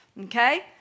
Okay